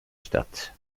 stadt